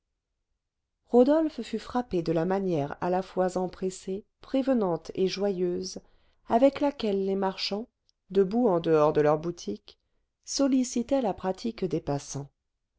rodolphe fut frappé de la manière à la fois empressée prévenante et joyeuse avec laquelle les marchands debout en dehors de leurs boutiques sollicitaient la pratique des passants